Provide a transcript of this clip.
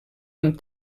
amb